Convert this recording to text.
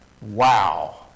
Wow